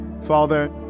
Father